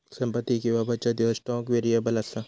संपत्ती किंवा बचत ह्यो स्टॉक व्हेरिएबल असा